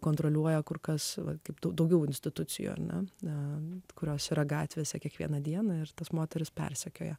kontroliuoja kur kas kibtų daugiau institucijų na na kurios yra gatvėse kiekvieną dieną ir tas moteris persekioja